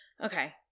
okay